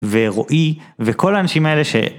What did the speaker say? ורועי וכל האנשים האלה ש...